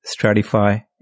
Stratify